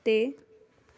ਤੇ